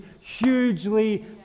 hugely